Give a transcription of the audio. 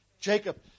Jacob